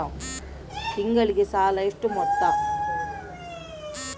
ತಿಂಗಳಿಗೆ ಸಾಲ ಎಷ್ಟು ಮೊತ್ತ?